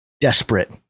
desperate